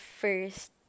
first